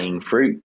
fruit